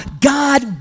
God